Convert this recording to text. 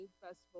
festival